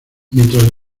mientras